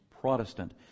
Protestant